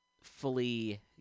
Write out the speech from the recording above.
Fully